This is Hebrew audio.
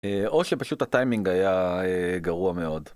או שפשוט הטיימינג היה גרוע מאוד.